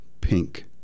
pink